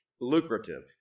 lucrative